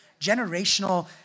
generational